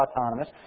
autonomous